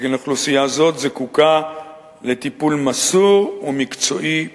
שכן אוכלוסייה זו זקוקה לטיפול מסור ומקצועי במיוחד.